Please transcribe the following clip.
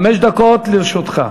חמש דקות לרשותך.